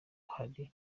hari